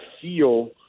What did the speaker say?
feel